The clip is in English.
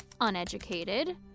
uneducated